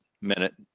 minute